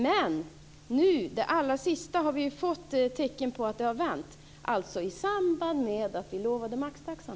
Men det allra sista nu är att vi har fått tecken på att det har vänt - alltså i samband med att vi lovade ut maxtaxan!